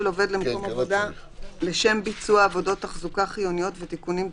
עובד למקום עבודה לשם ביצוע עבודות תחזוקה חיוניות ותיקונים דחופים".